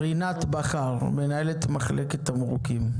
רינת בכר, מנהלת מחלקת תמרוקים.